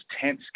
tense